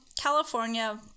California